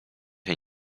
się